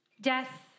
death